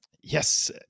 yes